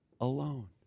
alone